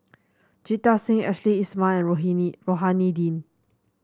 Jita Singh Ashley Isham and Rohani Din